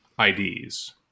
IDs